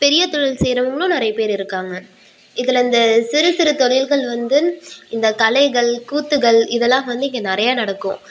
பெரிய தொழில் செய்கிறவங்களும் நிறைய பேர் இருக்காங்க இதில் இந்த சிறு சிறு தொழில்கள் வந்து இந்த கலைகள் கூத்துகள் இதெல்லாம் வந்து இங்கே நிறையா நடக்கும்